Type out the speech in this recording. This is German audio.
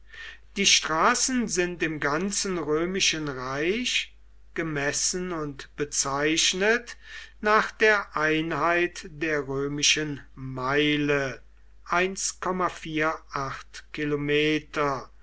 die straßen sind im ganzen römischen reich gemessen und bezeichnet nach der einheit der römischen meile